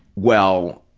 well,